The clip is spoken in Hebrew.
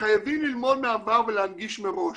חייבים ללמוד מהעבר ולהנגיש מראש.